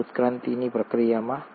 તે ઉત્ક્રાંતિની પ્રક્રિયામાં